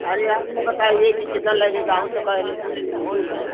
अरे आप न बताइए कि कितना लगेगा हम तो कहे रहे इतने में जिऊ भरे